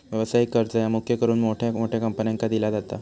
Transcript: व्यवसायिक कर्ज ह्या मुख्य करून मोठ्या मोठ्या कंपन्यांका दिला जाता